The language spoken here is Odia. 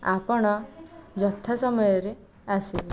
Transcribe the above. ଆପଣ ଯଥା ସମୟରେ ଆସିବେ